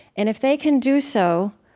and if they can do so,